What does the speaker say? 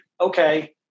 Okay